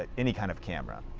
ah any kind of camera.